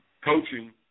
coaching